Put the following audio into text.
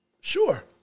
Sure